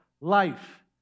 life